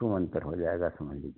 छूमंतर हो जाएगा समझ लीजिए